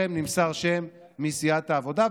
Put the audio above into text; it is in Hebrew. טרם נמסר שם מסיעת העבודה,